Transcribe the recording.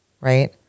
right